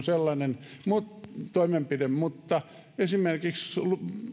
sellainen toimenpide mutta esimerkiksi